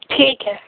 ٹھیک ہے